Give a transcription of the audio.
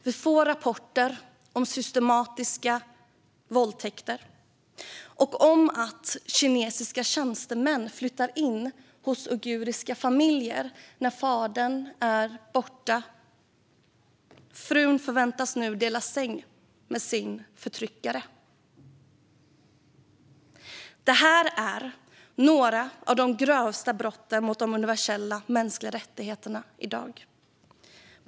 Vi får rapporter om systematiska våldtäkter och om att kinesiska tjänstemän flyttar in hos uiguriska familjer när fadern är borta. Frun förväntas nu dela säng med sin förtryckare. Det här är några av de grövsta brotten mot de universella mänskliga rättigheterna som begås i dag.